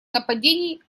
нападений